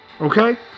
Okay